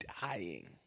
dying